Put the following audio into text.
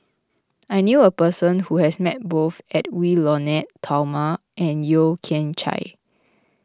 I knew a person who has met both Edwy Lyonet Talma and Yeo Kian Chye